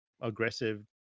aggressive